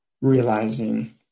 realizing